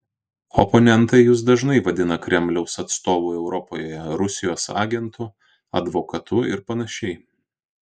oponentai jus dažnai vadina kremliaus atstovu europoje rusijos agentu advokatu ir panašiai